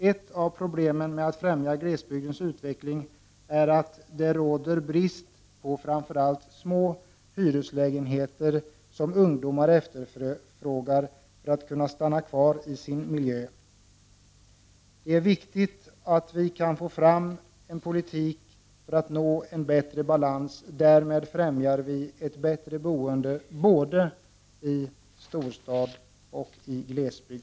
Ett av problemen med att främja glesbygdens utveckling är att det råder brist på framför allt små hyreslägenheter som ungdomar efterfrågar för att de skall kunna stanna kvar i sin hembygd. Det är viktigt att vi kan få fram en politik som leder till bättre balans. Vi kan därmed främja ett bättre boende, både i storstad och i glesbygd.